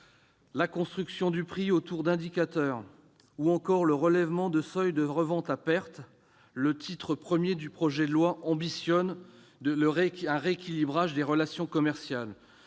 la construction du prix autour d'indicateurs ou encore du relèvement du seuil de revente à perte, le titre I du projet de loi ambitionne un rééquilibrage des relations commerciales,